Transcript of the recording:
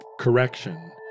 correction